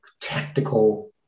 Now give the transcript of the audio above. tactical